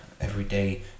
everyday